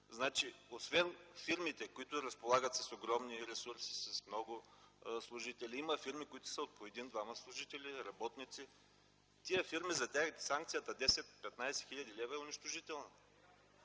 Освен фирмите, които разполагат с огромни ресурси, с много служители, има фирми, които са с по 1 2 служители, работници. За тези фирми санкцията 10-15 хил. лв. е унищожителна.